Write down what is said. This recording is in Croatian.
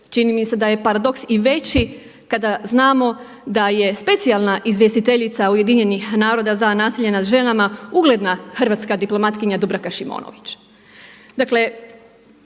čini mi se da je paradoks i veći kada znamo da je specijalna izvjestiteljica UN-a za nasilje nad ženama ugledna hrvatska diplomatkinja Dubravka Šimonović.